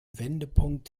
wendepunkt